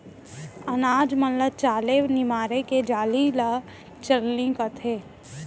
अनाज मन ल चाले निमारे के जाली ल चलनी कथें